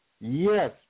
Yes